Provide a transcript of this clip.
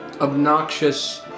obnoxious